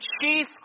chief